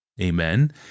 amen